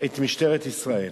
את משטרת ישראל.